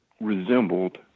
resembled